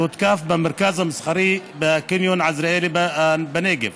שהותקף במרכז המסחרי בקניון עזריאלי בנגב